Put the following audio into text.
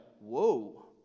whoa